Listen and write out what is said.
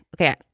okay